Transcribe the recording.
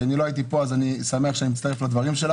לא הייתי פה אני שמח שאני מצטרף לדבריך.